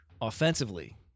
Offensively